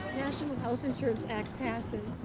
national health insurance act passes.